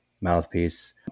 mouthpiece